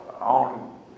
on